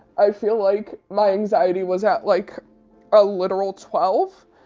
i feel like my anxiety was at like a literal twelve.